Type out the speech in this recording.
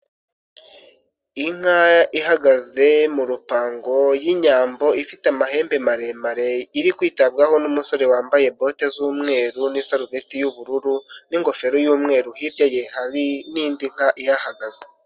Inka ihagaze mu rupango y'inyambo ifite amahembe maremare, iri kwitabwaho n'umusore wambaye bote z'umweru n'isarubeti y'ubururu n'ingofero y'umweru, hirya ye hari n'indi nka iyahagaze.